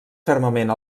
fermament